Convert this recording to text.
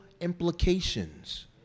implications